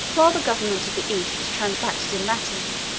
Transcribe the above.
while the government of the east was transacted in latin,